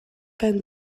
ben